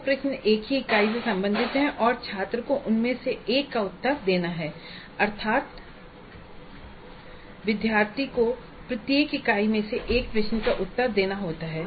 2 प्रश्न एक ही इकाई से संबंधित हैं और छात्र को उनमें से एक का उत्तर देना है अर्थात् विद्यार्थी को प्रत्येक इकाई से एक प्रश्न का उत्तर देना होता है